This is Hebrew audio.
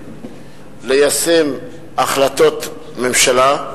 ליישם החלטות ממשלה,